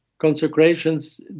consecrations